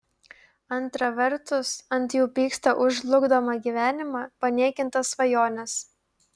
antra vertus ant jų pyksta už žlugdomą gyvenimą paniekintas svajones